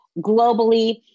globally